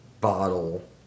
bottle